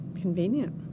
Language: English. Convenient